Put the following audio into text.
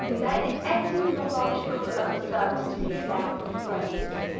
there is etymological uncertainty about the phrase.